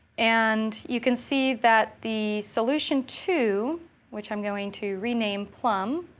and you can see that the solution two which i'm going to rename plum